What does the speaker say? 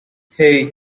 hey